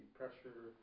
pressure